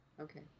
Okay